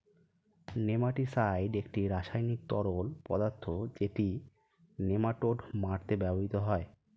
nematicide একটি রাসায়নিক তরল পদার্থ যেটি নেমাটোড মারতে ব্যবহৃত হয়